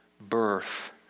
birth